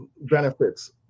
benefits